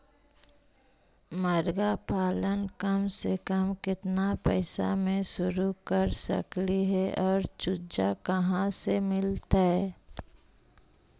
मरगा पालन कम से कम केतना पैसा में शुरू कर सकली हे और चुजा कहा से मिलतै?